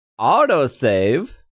autosave